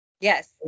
Yes